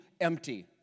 empty